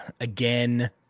again